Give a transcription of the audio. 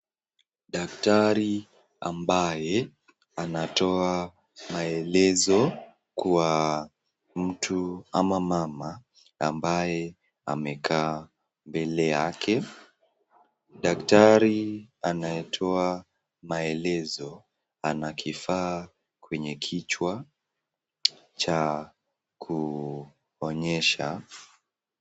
Daktari ambaye anatoa maelezo kwa mtu ama mama ambaye amekaa mbele yake. Daktari anayetoa maelezo ana kifaa kwenye kichwa cha kuonyesha...